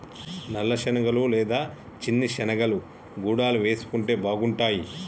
నల్ల శనగలు లేదా చిన్న శెనిగలు గుడాలు వేసుకుంటే బాగుంటాయ్